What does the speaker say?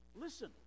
listen